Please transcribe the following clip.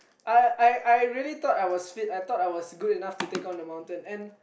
I I I really thought I was fit I thought I was good enough to take on the mountain and